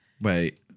Wait